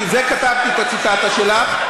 כתבתי את הציטטה שלך.